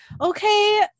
Okay